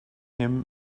him